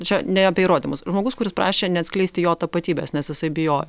čia ne apie įrodymus žmogus kuris prašė neatskleisti jo tapatybės nes jisai bijojo